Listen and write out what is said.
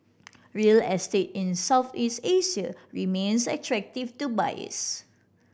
real estate in Southeast Asia remains attractive to buyers